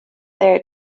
their